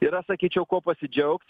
yra sakyčiau kuo pasidžiaugt